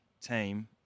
team